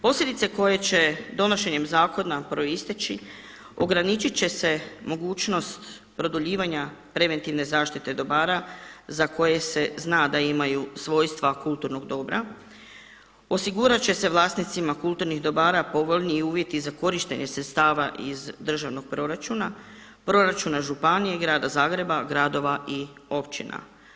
Posljedice koje će donošenjem zakona proisteći ograničit će se mogućnost produljivanja preventivne zaštite dobara za koje se zna da imaju svojstva kulturnog dobra, osigurat će se vlasnicima kulturnih dobara povoljniji uvjeti za korištenje sredstava iz državnog proračuna, proračuna županije, grada Zagreba, gradova i općina.